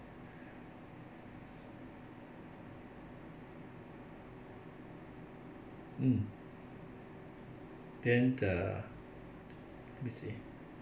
um then uh let me see